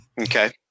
Okay